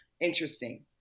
interesting